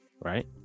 right